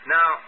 Now